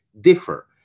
differ